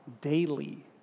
daily